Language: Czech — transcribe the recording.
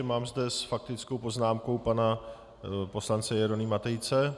Mám zde s faktickou poznámkou pana poslance Jeronýma Tejce.